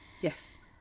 Yes